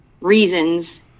reasons